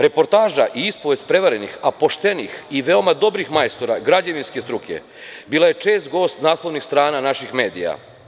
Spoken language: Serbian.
Reportaža i ispovest prevarenih, a poštenih i veoma dobrih majstora građevinske struke bila je čest gost naslovnih strana naših medija.